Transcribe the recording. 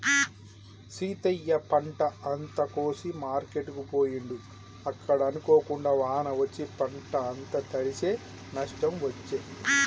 సీతయ్య పంట అంత కోసి మార్కెట్ కు పోయిండు అక్కడ అనుకోకుండా వాన వచ్చి పంట అంత తడిశె నష్టం వచ్చే